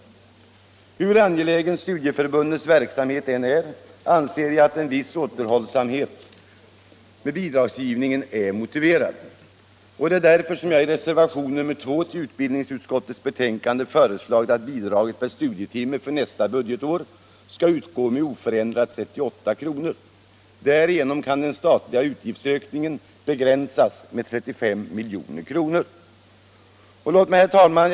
Hur angelägen studieförbundens verksamhet än är anser jag att en viss återhållsamhet med bidragsgivningen är motiverad. Jag har därför i reservationen nr 2 till utbildningsutskottets betänkande föreslagit att bidraget per studietimme för nästa budgetår skall utgå med oförändrat 38 kr. Därigenom kan den statliga utgiftsökningen begränsas med 35 milj.kr. Herr talman!